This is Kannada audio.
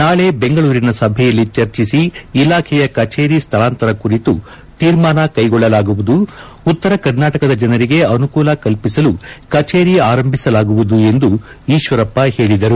ನಾಳೆ ಬೆಂಗಳೂರಿನ ಸಭೆಯಲ್ಲಿ ಚರ್ಚಿಸಿ ಇಲಾಖೆಯ ಕಚೇರಿ ಸ್ಥಳಾಂತರ ಕುರಿತು ತೀರ್ಮಾನ ಕ್ಲೆಗೊಳ್ಳಲಾಗುವುದು ಉತ್ತರ ಕರ್ನಾಟಕದ ಜನರಿಗೆ ಅನುಕೂಲ ಕಲ್ಪಿಸಲು ಕಚೇರಿ ಆರಂಭಿಸಲಾಗುವುದು ಎಂದು ಈಶ್ವರಪ್ಪ ಹೇಳಿದರು